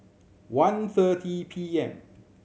one thirty P M